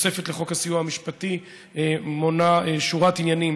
התוספת לחוק הסיוע המשפטי מונה שורת עניינים